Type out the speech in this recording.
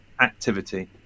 activity